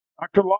Doctor